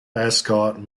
ascot